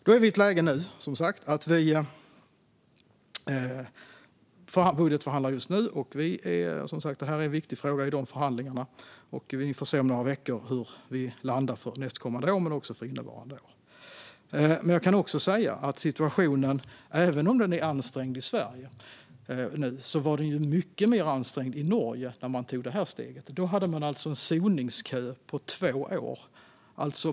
Nu är vi som sagt i ett läge där vi budgetförhandlar, och detta är en viktig fråga i de förhandlingarna. Om några veckor får vi se hur vi landar för nästkommande år men också för innevarande år. Jag kan också säga att även om situationen i Sverige nu är ansträngd var den mycket mer ansträngd i Norge när man tog det här steget. Då hade man en soningskö på två år.